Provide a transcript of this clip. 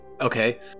Okay